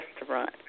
restaurant